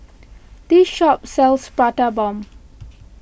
this shop sells Prata Bomb